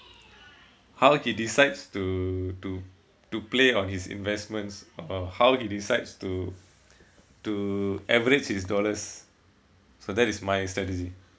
how he decides to to to play on his investments or how he decides to to average his dollars so that is my strategy